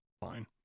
fine